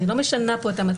אני לא משנה פה את המצב.